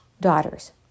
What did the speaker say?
daughters